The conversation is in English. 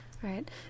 Right